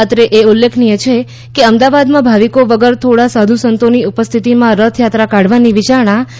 અત્રે એ ઉલ્લેખનીય છે કે અમદાવાદમાં ભાવિકો વગર થોડા સાધુ સંતોની ઉપસ્થિતિમા રથયાત્રા કાઢવાની વિચારણા યાલી રહી હતી